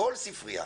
ככל ספרייה,